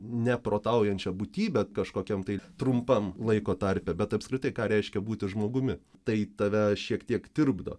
ne protaujančia būtybe kažkokiam tai trumpam laiko tarpe bet apskritai ką reiškia būti žmogumi tai tave šiek tiek tirpdo